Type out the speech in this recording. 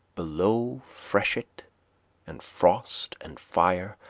below freshet and frost and fire,